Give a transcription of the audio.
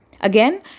Again